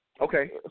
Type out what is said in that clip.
Okay